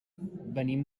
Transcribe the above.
venim